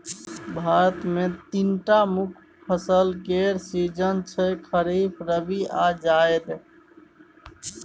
भारत मे तीनटा मुख्य फसल केर सीजन छै खरीफ, रबी आ जाएद